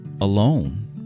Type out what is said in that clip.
alone